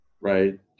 right